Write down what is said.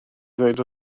ddweud